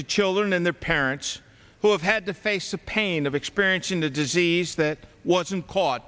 to children and their parents who have had to face the pain of experiencing the disease that wasn't caught